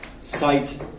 site